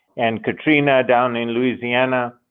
and katrina down in louisiana.